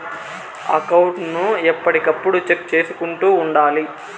account ను ఎప్పటికప్పుడు check చేసుకుంటూ ఉండాలి